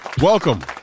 Welcome